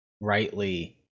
rightly